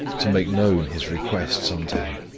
to make known his requests unto him